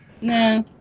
nah